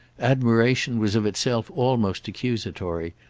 admiration was of itself almost accusatory,